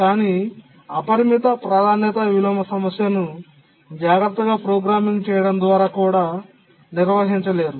కానీ అపరిమిత ప్రాధాన్యత విలోమ సమస్యను జాగ్రత్తగా ప్రోగ్రామింగ్ చేయడం ద్వారా కూడా నిర్వహించలేరు